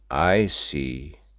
i see.